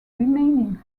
remaining